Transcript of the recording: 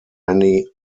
many